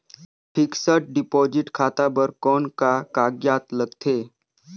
Fixed deposit खाता बर कौन का कागजात लगथे?